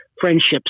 friendships